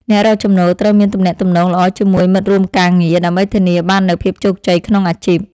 អ្នករកចំណូលត្រូវមានទំនាក់ទំនងល្អជាមួយមិត្តរួមការងារ ដើម្បីធានាបាននូវភាពជោគជ័យក្នុងអាជីព។